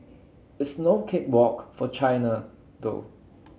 it's no cake walk for China though